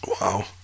wow